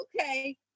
okay